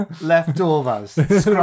leftovers